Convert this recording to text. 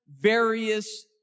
various